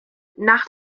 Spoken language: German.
nach